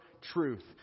truth